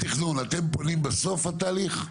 מינהל התכנון, אתם פונים בסוף התהליך?